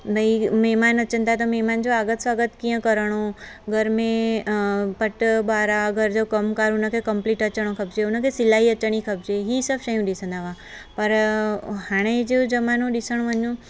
भई महिमान अचनि था त महिमान जो आगतु स्वागतु कीअं करिणो घर में अ पट ॿुआरा घर जो कम करण हुनखे कंपलीट अचण खपजे सिलाई अचणी खपजे हीअ सभु ॾिसंदा हुआ पर हाणे जो जमानो ॾिसणु वञू